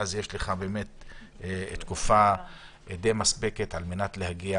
ואז יש לך תקופה מספקת להגיע